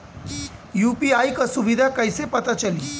UPI क सुविधा कैसे पता चली?